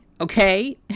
okay